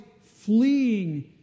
fleeing